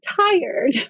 tired